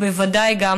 ובוודאי גם